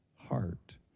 heart